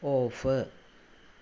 off